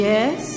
Yes